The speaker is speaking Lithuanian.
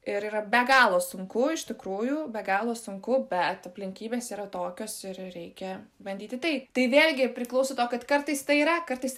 ir yra be galo sunku iš tikrųjų be galo sunku bet aplinkybės yra tokios ir reikia bandyti tai tai vėlgi priklauso to kad kartais tai yra kartais